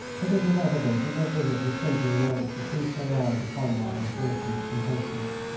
but it was evident that their visit was simply in order to feast their eyes upon my unfortunate compatriot.